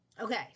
Okay